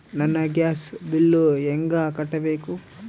ನನ್ನ gas bill ಹೆಂಗ ಕಟ್ಟಬೇಕು?